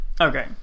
Okay